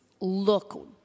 look